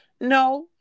no